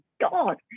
God